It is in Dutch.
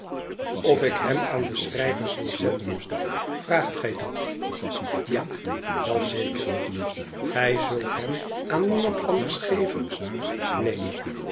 of ik hem aan de schrijvers wil zenden vraagt gij dat ja wel zeker gij zult hem aan niemand anders geven neen